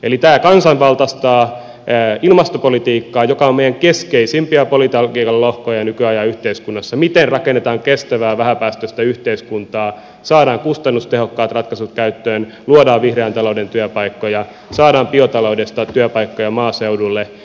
eli tämä kansanvaltaistaa ilmastopolitiikkaa joka on meidän keskeisimpiä politiikan lohkoja nykyajan yhteiskunnassa miten rakennetaan kestävää vähäpäästöistä yhteiskuntaa saadaan kustannustehokkaat ratkaisut käyttöön luodaan vihreän talouden työpaikkoja saadaan biotaloudesta työpaikkoja maaseudulle